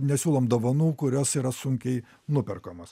nesiūlom dovanų kurios yra sunkiai nuperkamos